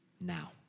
now